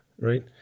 right